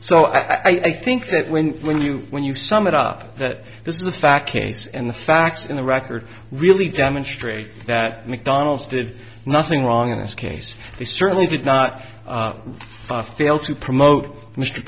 so i think that when when you when you sum it up that this is a fact case and the facts in the record really demonstrate that mcdonald's did nothing wrong in this case they certainly did not feel to promote mr